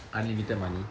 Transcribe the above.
unlimited money